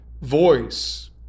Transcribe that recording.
voice